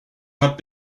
had